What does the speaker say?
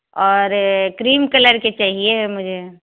और cream colour के चाहिए मुझे